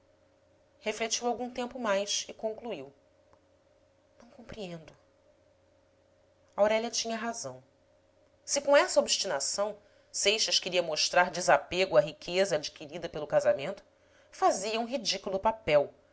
refletiu algum tempo mais e concluiu não compreendo aurélia tinha razão se com essa obstinação seixas queria mostrar desapego à riqueza adquirida pelo casamento fazia um ridículo papel